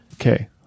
Okay